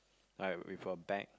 like with a bag